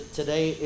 today